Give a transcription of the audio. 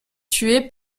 tué